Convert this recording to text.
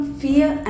fear